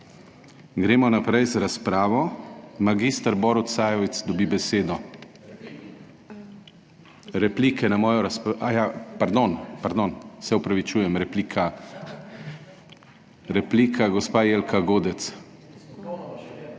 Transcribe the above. Gremo naprej z razpravo. Mag. Borut Sajovic dobi besedo. Replike na mojo razpravo? Aja, pardon, se opravičujem. Replika, gospa Jelka Godec.